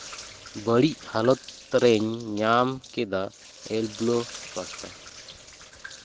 ᱵᱟᱹᱲᱤᱡ ᱦᱟᱞᱚᱛ ᱨᱮᱧ ᱧᱟᱢ ᱠᱮᱫᱟ ᱮᱞᱵᱞᱳ ᱯᱟᱥᱴᱟ